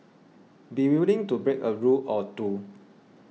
be willing to break a rule or two